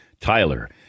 Tyler